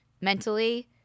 mentally